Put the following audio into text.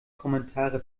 kommentare